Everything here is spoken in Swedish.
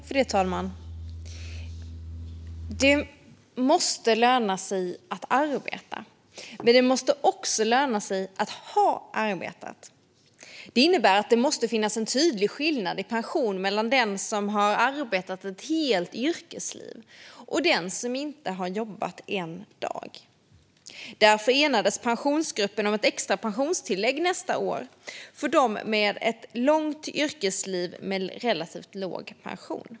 Fru talman! Det måste löna sig att arbeta, men det måste också löna sig att ha arbetat. Det innebär att det måste finnas en tydlig skillnad i pension mellan den som har arbetat ett helt yrkesliv och den som inte har jobbat en dag. Därför enades Pensionsgruppen om ett extra pensionstillägg nästa år för dem med ett långt yrkesliv men relativt låg pension.